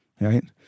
right